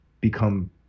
become